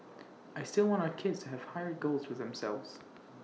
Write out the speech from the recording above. I still want our kids to have higher goals for themselves